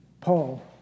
Paul